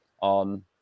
on